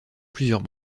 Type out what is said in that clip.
plusieurs